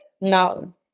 No